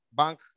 bank